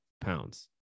pounds